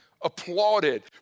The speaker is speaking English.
applauded